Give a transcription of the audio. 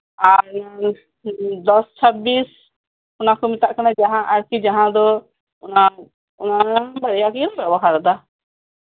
ᱟᱨ ᱫᱚᱥ ᱪᱷᱟᱵᱽᱵᱤᱥ ᱚᱱᱟ ᱠᱚ ᱢᱮᱛᱟᱜ ᱠᱟᱱᱟ ᱟᱨᱠᱤ ᱡᱟᱸᱦᱟ ᱫᱚ ᱚᱱᱟ ᱚᱱᱟ ᱵᱟᱨᱭᱟ ᱜᱮᱞᱮ ᱵᱮᱵᱚᱦᱟᱨ ᱮᱫᱟ